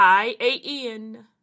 IAN